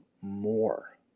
more